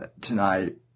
tonight